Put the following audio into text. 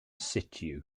situ